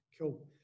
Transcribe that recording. Cool